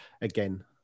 again